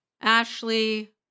Ashley